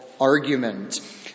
argument